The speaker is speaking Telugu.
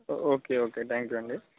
ఓ ఓకే ఓకే థాంక్స్ అండి